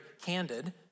candid